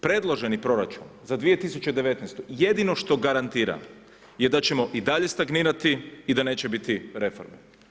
Predloženi proračun za 2019. jedino što garantira je da ćemo i dalje stagnirati i da neće biti reforme.